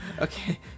Okay